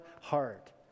heart